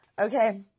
Okay